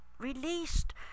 released